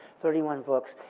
thirty one books.